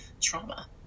trauma